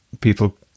people